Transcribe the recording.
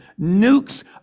Nukes